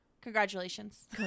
Congratulations